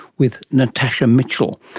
with natasha mitchell.